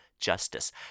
justice